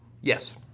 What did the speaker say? Yes